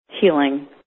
healing